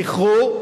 זכרו: